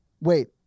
Wait